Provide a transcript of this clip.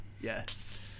Yes